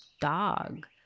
dog